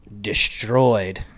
destroyed